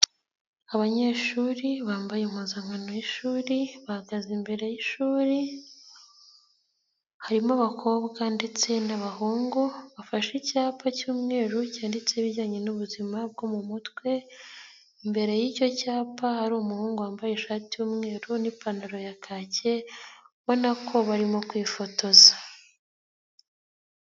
Abanyeshuri bambaye impuzankano y'ishuri bahagaze imbere y'ishuri, harimo abakobwa ndetse n'abahungu bafashe icyapa cy'umweru cyanditseho ibijyanye n'ubuzima bwo mu mutwe, imbere y'icyo cyapa hari umuhungu wambaye ishati y'umweru n'ipantaro ya kake, ubona ko barimo kwifotoza.